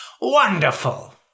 Wonderful